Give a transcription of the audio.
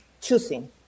Choosing